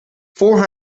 four